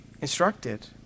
instructed